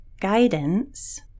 guidance